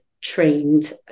trained